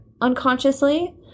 unconsciously